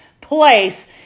place